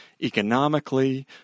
economically